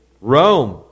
Rome